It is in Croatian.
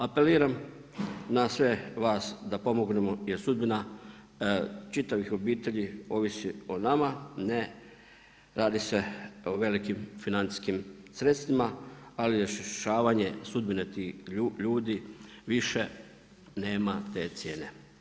Apeliram na sve vas da pomognemo jer sudbina čitavih obitelji ovisi o nama, radi se o velikim financijskim sredstvima ali rješavanje sudbine tih ljudi više nema te cijene.